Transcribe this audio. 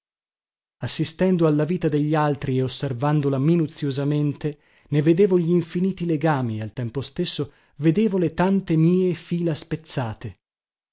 assistendo alla vita degli altri e osservandola minuziosamente ne vedevo glinfiniti legami e al tempo stesso vedevo le tante mie fila spezzate